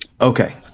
okay